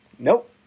Nope